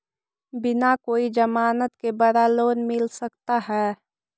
बिना कोई जमानत के बड़ा लोन मिल सकता है?